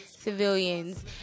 civilians